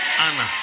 Anna